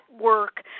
work